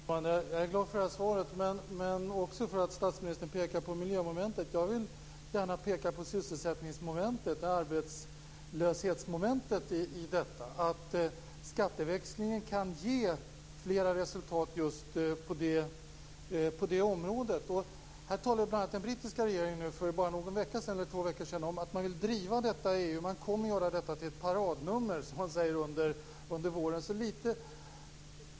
Herr talman! Jag är glad för svaret här och också för att statsministern pekar på miljömomentet. Själv vill jag gärna peka på sysselsättningsmomentet, arbetslöshetsmomentet, i detta. Skatteväxlingen kan ge flera resultat just på det området. Den brittiska regeringen t.ex. talade för kanske två veckor sedan om att man vill driva detta i EU. Man kommer, som man säger, att göra det här till ett paradnummer under våren.